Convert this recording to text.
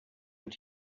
your